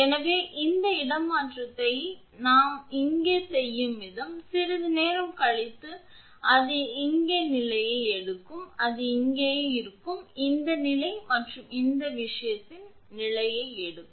எனவே அந்த இடமாற்றத்தை நாம் இங்கே செய்யும் விதம் சிறிது நேரம் கழித்து அது இங்கே நிலையை எடுக்கும் அது இங்கேயே இருக்கும் இங்கே நிலை மற்றும் அது இந்த விஷயத்தின் நிலையை எடுக்கும்